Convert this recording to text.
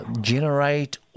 generate